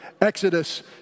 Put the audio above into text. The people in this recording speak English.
Exodus